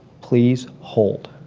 please hold,